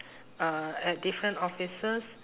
uh at different offices